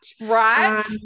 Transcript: Right